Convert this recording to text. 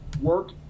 work